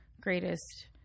greatest